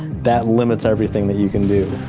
that limits everything that you can do.